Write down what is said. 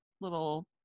little